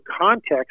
context